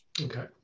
Okay